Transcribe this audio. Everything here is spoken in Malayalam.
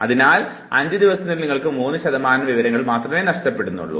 അതിനാൽ 5 ദിവസത്തിനുള്ളിൽ നിങ്ങൾക്ക് 3 ശതമാനത്തോളം വിവരങ്ങൾ മാത്രമേ നഷ്ടപ്പെടുന്നുള്ളൂ